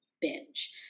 binge